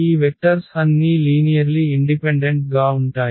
ఈ వెక్టర్స్ అన్నీ linearly independent గా ఉంటాయి